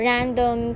Random